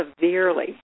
severely